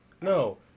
No